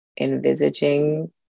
envisaging